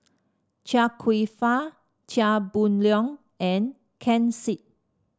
Chia Kwek Fah Chia Boon Leong and Ken Seet